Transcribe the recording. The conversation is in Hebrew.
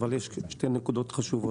אבל יש שתי נקודות חשובות.